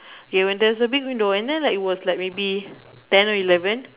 yeah when there is a big window and then like it was like maybe seven or eleven